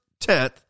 10th